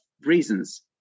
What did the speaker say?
reasons